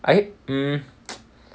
I mm